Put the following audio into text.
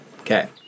Okay